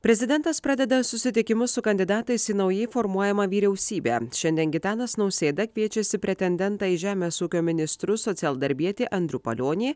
prezidentas pradeda susitikimus su kandidatais į naujai formuojamą vyriausybę šiandien gitanas nausėda kviečiasi pretendentą į žemės ūkio ministrus socialdarbietį andrių palionį